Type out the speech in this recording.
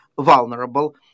vulnerable